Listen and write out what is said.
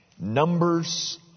Numbers